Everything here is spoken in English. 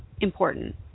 important